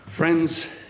Friends